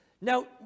Now